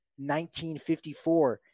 1954